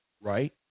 right